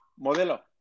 Modelo